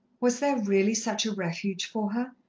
was there really such a refuge for her,